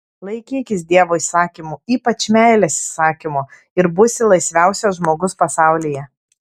laikykis dievo įsakymų ypač meilės įsakymo ir būsi laisviausias žmogus pasaulyje